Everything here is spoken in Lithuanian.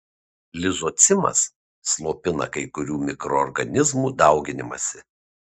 lizocimas slopina kai kurių mikroorganizmų dauginimąsi